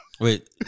wait